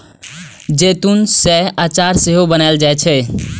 जैतून सं अचार सेहो बनाएल जाइ छै